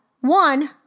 One